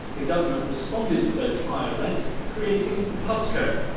the government responded to those higher rents, creating the pubs code.